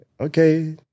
okay